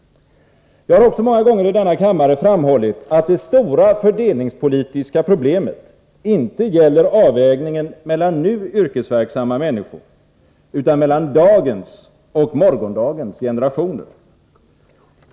Jag har också många gånger i denna kammare framhållit att det stora fördelningspolitiska problemet inte gäller avvägningen mellan nu yrkesverksamma människor utan mellan dagens och morgondagens generationer.